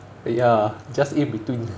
ya just in between